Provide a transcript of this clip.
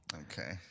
Okay